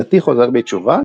דתי חוזר בתשובה,